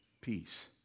peace